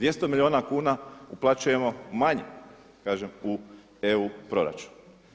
200 milijuna kuna uplaćujemo manje kažem u EU proračun.